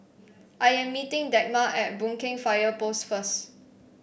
I am meeting Dagmar at Boon Keng Fire Post first